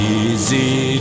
easy